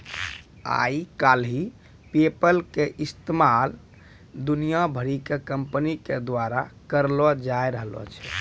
आइ काल्हि पेपल के इस्तेमाल दुनिया भरि के कंपनी के द्वारा करलो जाय रहलो छै